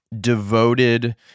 devoted